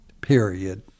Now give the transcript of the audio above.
period